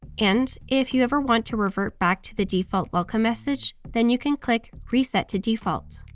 and if you ever want to revert back to the default welcome message, then you can click reset to default.